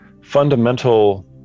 fundamental